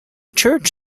church